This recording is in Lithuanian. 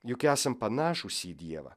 juk esam panašūs į dievą